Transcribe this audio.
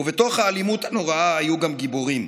ובתוך האלימות הנוראה היו גם גיבורים,